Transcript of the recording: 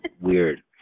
weird